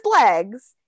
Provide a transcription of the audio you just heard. legs